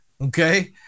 okay